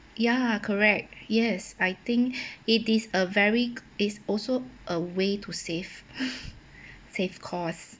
ya correct yes I think it is a very is also a way to save save costs